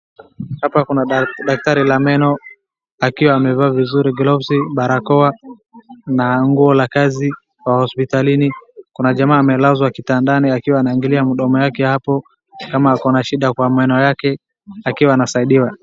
Hapa kuna daktari wa meno akiwa amevaa vizuri gloves barakoa na nguo la kazi kwa hospitalini, kuna jamaa amelazwa kitandani akiwa anaangalia mdomo yake hapo kama ako na shida kwa meno yake akiwa anasaidiwa.